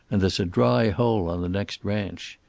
and there's a dry hole on the next ranch.